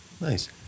Nice